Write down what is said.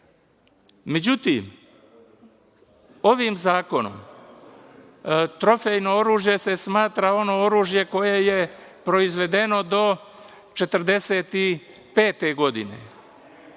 municiju.Međutim, ovim zakonom trofejnim oružjem se smatra ono oružje koje je proizvedeno do 1945. godine.